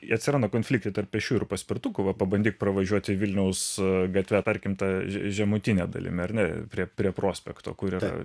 atsiranda konfliktai tarp pečių ir paspirtukų va pabandyk pravažiuoti vilniaus gatve tarkim ta žemutine dalimi ar ne prie prie prospekto kur yra